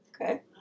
Okay